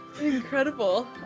incredible